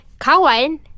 kawan